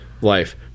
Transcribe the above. Life